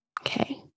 Okay